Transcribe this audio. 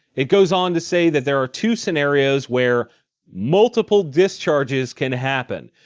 it goes on to say that there are two scenarios where multiple discharges can happen.